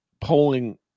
polling